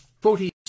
forty-